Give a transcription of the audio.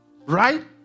Right